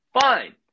Fine